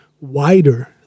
wider